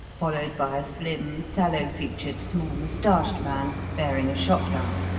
followed by a slim, sallow-featured, small-moustached man, bearing a shotgun,